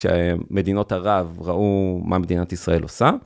שמדינות ערב ראו מה מדינת ישראל עושה.